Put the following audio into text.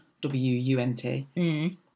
w-u-n-t